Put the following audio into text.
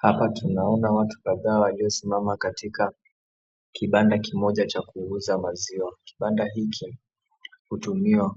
Hapa tunaona watu kadhaa waliosimama katika kibanda kimoja cha kuuza maziwa. Kibanda hiki hutumiwa